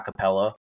acapella